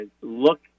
look